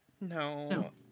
No